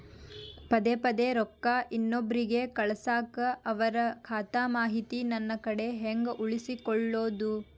ಪದೆ ಪದೇ ರೊಕ್ಕ ಇನ್ನೊಬ್ರಿಗೆ ಕಳಸಾಕ್ ಅವರ ಖಾತಾ ಮಾಹಿತಿ ನನ್ನ ಕಡೆ ಹೆಂಗ್ ಉಳಿಸಿಕೊಳ್ಳೋದು?